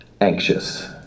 anxious